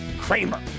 Kramer